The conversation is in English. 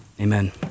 amen